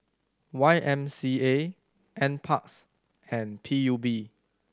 Y M C A N Parks and P U B